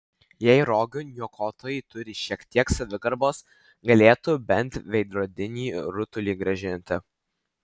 jei rogių niokotojai turi šiek kiek savigarbos galėtų bent veidrodinį rutulį grąžinti